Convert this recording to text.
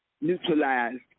neutralized